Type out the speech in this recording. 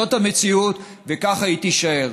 זאת המציאות, וכך היא תישאר.